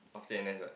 after N_S what